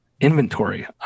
inventory